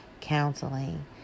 counseling